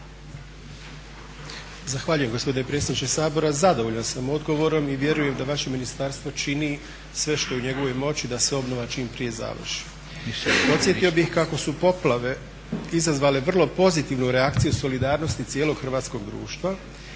Zahvaljujem gospodine predsjedniče Sabora. Zadovoljan sam odgovorom i vjerujem da vaše ministarstvo čini sve što je u njegovoj moći da se obnova čim prije završi. Podsjetio bih kako su poplave izazvale vrlo pozitivnu reakciju solidarnosti cijelog hrvatskog društva,